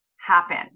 happen